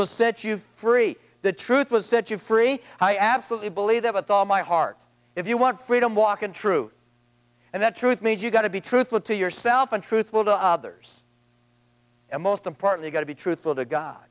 will set you free the truth was set you free i absolutely believe that with all my heart if you want freedom walk in truth and that truth means you got to be truthful to yourself and truthful to others and most importantly got to be truthful to god